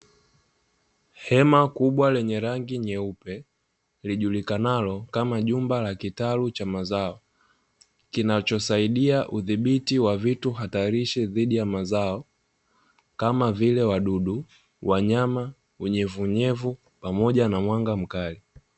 Hema kubwa lenye rangi nyeupe lijulikanalo kama jumba la kitalu cha mazao, kinachosaidia udhibiti wa vitu hatarishi dhidi ya mazao kama vile: wadudu, wanyama, unyevuunyevu pamoja na mwanga mkali.